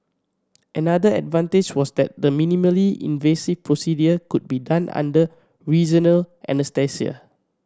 another advantage was that the minimally invasive procedure could be done under regional anaesthesia